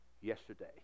yesterday